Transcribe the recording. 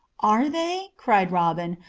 are they? cried robin,